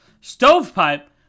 Stovepipe